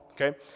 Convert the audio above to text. okay